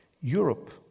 Europe